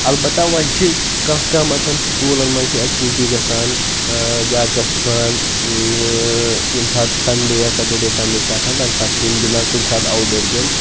البتہ وۄنۍ چھِ کانٛہہ کانٛہہ مثلاً سکوٗلَن مَنٛز چھِ ایٚکٹِوِٹی گَژھان یا کیٛاہ چھِ اَتھ وَنان ییٚمہِ ساتہٕ سَنڈے یا سیٹَڈے سَنڈے چھِ آسان تَمہِ ساتہٕ چھِ یِم گِنٛدان کُنہِ ساتہٕ آوُٹ ڈور گیمہٕ